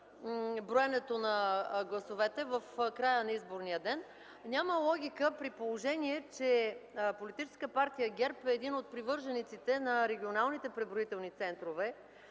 броенето на гласовете в края на изборния ден. Няма логика, при положение че Политическа партия ГЕРБ е един от привържениците на регионалните преброителни центрове,